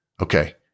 Okay